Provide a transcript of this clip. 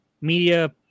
media